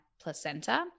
placenta